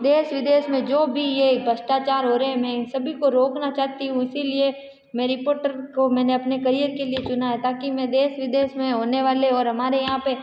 देश विदेश में जो भी यह भ्रष्टाचार हो रहें हैं मैं इन सभी को रोकना चाहती हूँ इसलिए मैं रिपोर्टर को मैंने अपने करीयर के लिया चुना है ताकि मैं देश विदेश में होने वाले और हमारे यहाँ पर